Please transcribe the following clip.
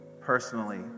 personally